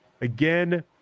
Again